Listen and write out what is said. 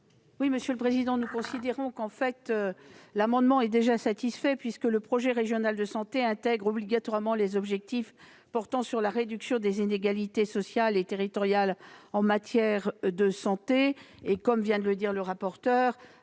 du Gouvernement ? Nous considérons que cet amendement est satisfait, puisque le projet régional de santé intègre obligatoirement les objectifs portant sur la réduction des inégalités sociales et territoriales en matière de santé. Comme vient de le rappeler M. le rapporteur